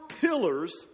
pillars